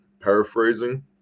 Paraphrasing